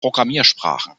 programmiersprachen